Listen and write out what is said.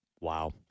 Wow